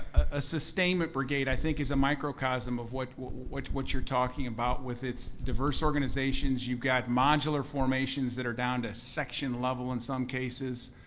a sustainment brigade, i think is a microcosm of what what you're talking about, with its diverse organizations. you've got modular formations that are down to section level in some cases,